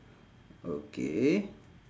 okay